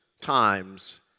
times